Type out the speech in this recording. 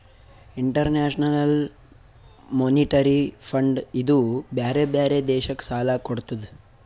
international monetary fund ಇದೂ ಬ್ಯಾರೆ ಬ್ಯಾರೆ ದೇಶಕ್ ಸಾಲಾ ಕೊಡ್ತುದ್